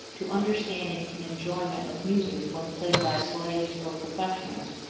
to understanding and enjoyment of music when played by slaves or professionals.